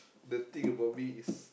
the thing about me is